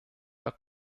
herr